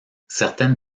certaines